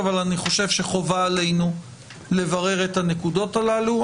אבל אני חושב שחובה עלינו לברר את הנקודות הללו.